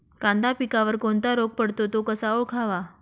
कांदा पिकावर कोणता रोग पडतो? तो कसा ओळखावा?